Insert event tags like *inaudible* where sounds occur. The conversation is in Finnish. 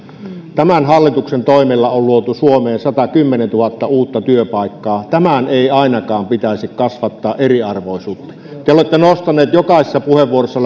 tämän hallituksen toimilla on luotu suomeen satakymmentätuhatta uutta työpaikkaa tämän ei ainakaan pitäisi kasvattaa eriarvoisuutta te te olette nostaneet lähes jokaisessa puheenvuorossa *unintelligible*